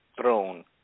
throne